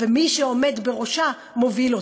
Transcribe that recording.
ומי שעומד בראשה מוביל אותה.